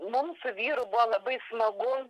mums su vyru buvo labai smagu